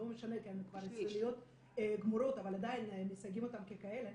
לא משנה כי הן כבר הפכו להיות --- אבל עדיין מסייגים אותן ככאלה,